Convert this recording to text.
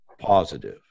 positive